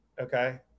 Okay